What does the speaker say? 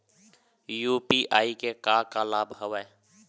UPI के का का लाभ हवय?